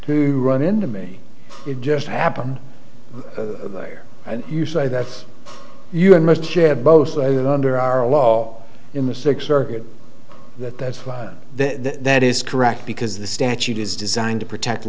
to run into me it just happened there and you say that you and most you have both under our law in the six are that that's the that is correct because the statute is designed to protect